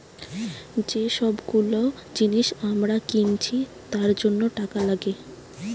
যে সব গুলো জিনিস আমরা কিনছি তার জন্য টাকা লাগে